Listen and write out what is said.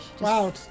Wow